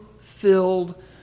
filled